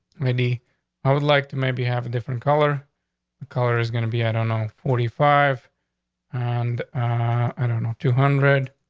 maybe i would like to maybe have a different color. the color is gonna be, i don't know, forty five on and i don't know, two hundred